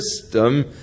system